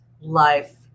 life